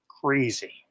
crazy